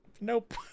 nope